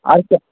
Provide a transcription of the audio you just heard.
আচ্ছা